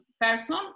person